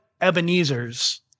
Ebenezer's